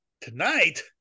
tonight